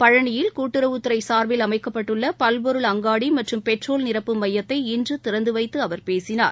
பழனியில் கூட்டுறவுத்துறைசார்பில் அமைக்கப்பட்டுள்ளபல்பொருள் அங்காடிமற்றும் பெட்ரோல் நிரப்பும் மையத்தை இன்றுதிறந்துவைத்துஅவர் பேசினார்